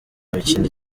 mikino